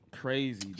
crazy